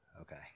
Okay